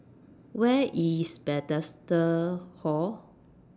Where IS Bethesda Hall